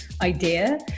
idea